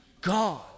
God